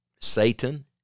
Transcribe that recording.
Satan